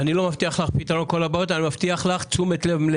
אני לא מבטיח לך פתרון כל הבעיות אבל אני מבטיח לך תשומת לב מלאה.